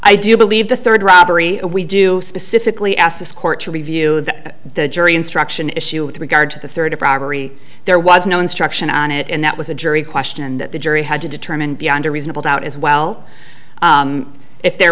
i do believe the third robbery we do specifically ask this court to review that the jury instruction issue with regard to the third robbery there was no instruction on it and that was a jury question that the jury had to determine beyond a reasonable doubt as well if there